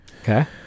Okay